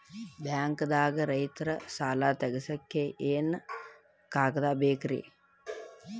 ಬ್ಯಾಂಕ್ದಾಗ ರೈತರ ಸಾಲ ತಗ್ಸಕ್ಕೆ ಏನೇನ್ ಕಾಗ್ದ ಬೇಕ್ರಿ?